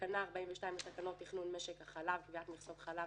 "תקנה 42 לתקנות תכנון משק החלב (קביעת מכסות חלב),